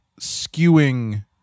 skewing